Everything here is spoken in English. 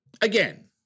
Again